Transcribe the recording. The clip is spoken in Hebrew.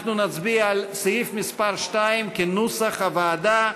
אנחנו נצביע על סעיף מס' 2 כנוסח הוועדה.